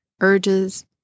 urges